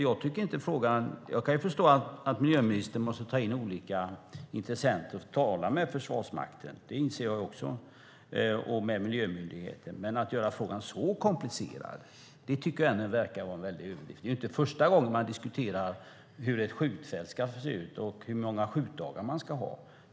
Jag kan förstå att miljöministern måste ta in olika intressenters yttranden och tala med Försvarsmakten - det inser jag också - och med miljömyndigheten. Men att göra frågan så komplicerad tycker jag ändå verkar vara en väldig överdrift. Det är inte första gången man diskuterar hur ett skjutfält ska se ut och hur många skjutdagar det ska vara.